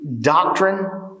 doctrine